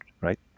right